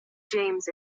james